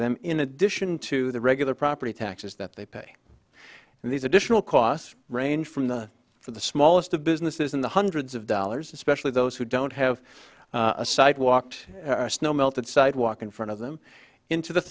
them in addition to the regular property taxes that they pay and these additional costs ranged from the for the smallest of businesses in the hundreds of dollars especially those who don't have a site walked snow melted sidewalk in front of them into the